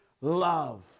love